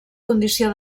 condició